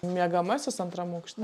miegamasis antram aukšte